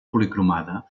policromada